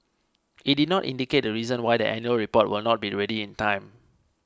it did not indicate the reason why the annual report will not be ready in time